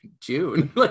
june